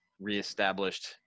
Re-established